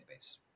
database